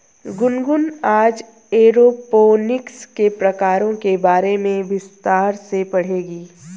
गुनगुन आज एरोपोनिक्स के प्रकारों के बारे में विस्तार से पढ़ेगी